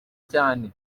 cyane